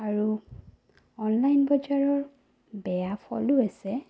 আৰু অনলাইন বজাৰৰ বেয়া ফলো আছে